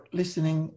listening